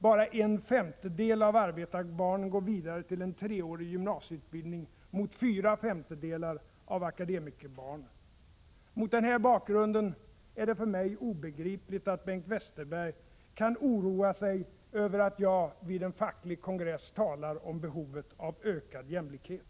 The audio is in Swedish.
Bara en femtedel av arbetarbarnen går vidare till treårig gymnasieutbildning, mot fyra femtedelar av akademikerbarnen. Mot den bakgrunden är det för mig obegripligt att Bengt Westerberg kan oroa sig över att jag vid en facklig kongress talar om behovet av ökad jämlikhet.